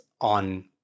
on